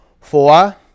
Four